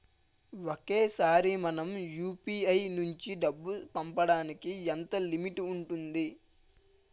ఒకేసారి మనం యు.పి.ఐ నుంచి డబ్బు పంపడానికి ఎంత లిమిట్ ఉంటుంది?